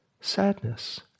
sadness